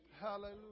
hallelujah